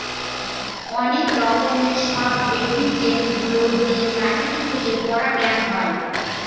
অনেক রকমের সব এজেন্ট গুলো দিয়ে প্রকৃতি থেকে পরাগায়ন হয়